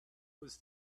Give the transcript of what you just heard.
was